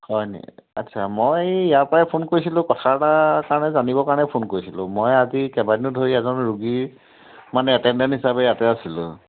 হয় নেকি আচ্ছা মই ইয়াৰপৰাই ফোন কৰিছিলোঁ কথাাৰ এটাৰ কাৰণে জানিবৰ কাৰণে ফোন কৰিছিলোঁ মই আজি কেইবাদিনো ধৰি এজন ৰোগীৰ মানে এটেণ্ডেণ্ট হিচাপে ইয়াতে আছিলোঁ